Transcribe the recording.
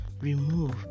remove